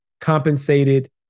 compensated